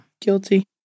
Guilty